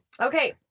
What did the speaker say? Okay